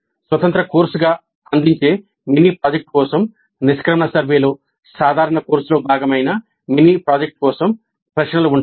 స్వతంత్ర కోర్సుగా అందించే మినీ ప్రాజెక్ట్ కోసం నిష్క్రమణ సర్వేలో సాధారణ కోర్సులో భాగమైన మినీ ప్రాజెక్ట్ కోసం ప్రశ్నలు ఉంటాయి